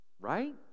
Right